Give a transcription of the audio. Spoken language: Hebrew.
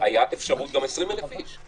היה אפשרות גם 20,000 איש.